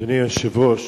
אדוני היושב-ראש,